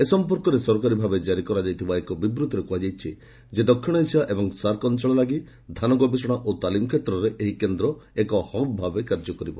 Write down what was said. ଏ ସମ୍ପର୍କରେ ସରକାରୀ ଭାବେ ଜାରି କରାଯାଇଥିବା ଏକ ବିବୃଭିରେ କୁହାଯାଇଛି ଯେ ଦକ୍ଷିଣ ଏସିଆ ଏବଂ ସାର୍କ ଅଞ୍ଚଳ ଲାଗି ଧାନ ଗବେଷଣା ଓ ତାଲିମ୍ କ୍ଷେତ୍ରରେ ଏହି କେନ୍ଦ୍ର ଏକ ହବ୍ ଭାବେ କାର୍ଯ୍ୟ କରିବ